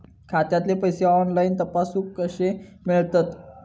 खात्यातले पैसे ऑनलाइन तपासुक कशे मेलतत?